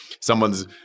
someone's